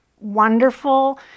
wonderful